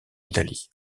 italie